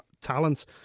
talent